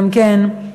גם כן,